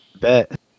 Bet